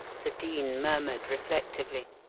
the dean murmured reflectively,